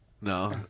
No